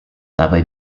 dabei